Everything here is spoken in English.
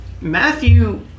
Matthew